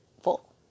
full